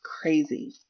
crazy